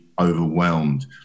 overwhelmed